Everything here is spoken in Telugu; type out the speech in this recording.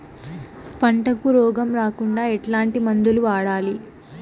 పంటకు రోగం రాకుండా ఎట్లాంటి మందులు వాడాలి?